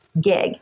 gig